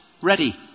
ready